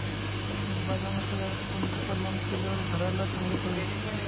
बदामाच्या झाडाला कोणता कलम केल्यावर झाडाला चांगले फळ येईल?